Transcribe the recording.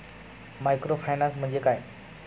Microfinance म्हणजे काय?